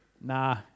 Nah